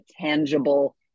tangible